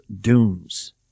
Dunes